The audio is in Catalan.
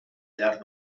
llar